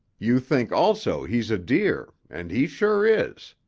you think also he's a deer, and he sure is.